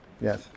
yes